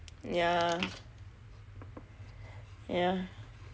yah yah